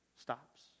stops